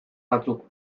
batzuk